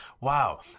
wow